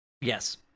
Yes